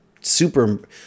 super